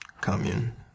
commune